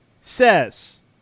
says